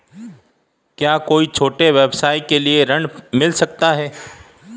क्या कोई छोटे व्यवसाय के लिए ऋण मिल सकता है?